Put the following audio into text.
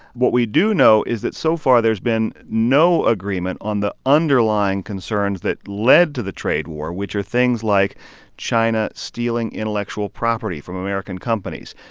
what we do know is that so far, there's been no agreement on the underlying concerns that led to the trade war, which are things like china stealing intellectual property from american companies,